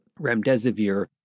remdesivir